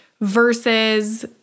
versus